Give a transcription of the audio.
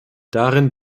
darin